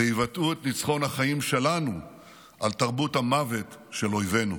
ויבטאו את ניצחון החיים שלנו על תרבות המוות של אויבינו.